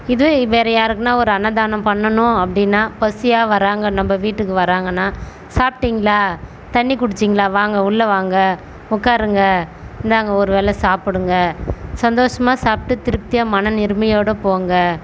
இது வேறு யாருக்குனால் ஒரு அன்னதானம் பண்ணணும் அப்படினா பசியாக வர்றாங்கன்னால் நம்ப வீட்டுக்கு வர்றாங்கன்னால் சாப்பிடிங்களா தண்ணி குடிச்சிங்களா வாங்க உள்ளே வாங்க உட்காருங்க இந்தாங்க ஒரு வேளை சாப்பிடுங்க சந்தோஷமாக சாப்பிட்டு திருப்தியாக மன நிறைமையோட போங்க